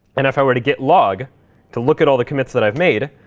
and if i were to git log to look at all the commits that i've made,